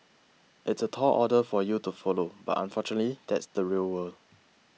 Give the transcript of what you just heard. it's a tall order for you to follow but unfortunately that's the real world